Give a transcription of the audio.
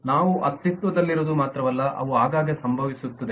ಅವು ಅಸ್ತಿತ್ವದಲ್ಲಿರುವುದು ಮಾತ್ರವಲ್ಲ ಅವು ಆಗಾಗ್ಗೆ ಸಂಭವಿಸುತ್ತವೆ